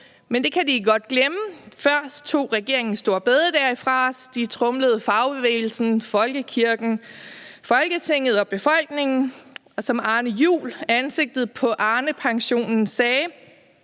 men det kan de godt glemme. Først tog regeringen store bededag fra os, de tromlede fagbevægelsen, folkekirken, Folketinget og befolkningen, og som Arne Juhl, ansigtet på Arnepensionen, sagde: